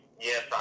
yes